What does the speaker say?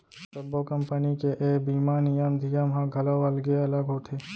सब्बो कंपनी के ए बीमा नियम धियम ह घलौ अलगे अलग होथे